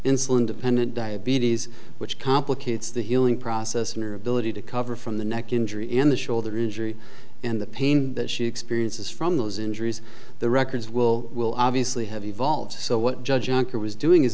insulin dependent diabetes which complicates the healing process in her ability to cover from the neck injury in the shoulder injury and the pain that she experiences from those injuries the records will will obviously have evolved so what judge juncker was doing is